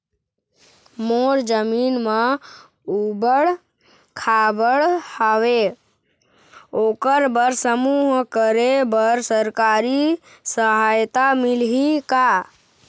मोर जमीन म ऊबड़ खाबड़ हावे ओकर बर समूह करे बर सरकारी सहायता मिलही का?